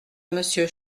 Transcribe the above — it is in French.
monsieur